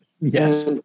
Yes